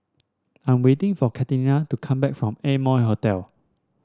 I am waiting for Catina to come back from Amoy Hotel